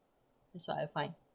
that's what I find